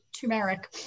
turmeric